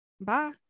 bye